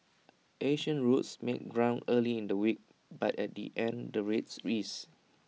Asian routes made ground early in the week but at the end the rates eased